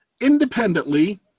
independently